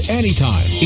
anytime